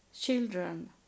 children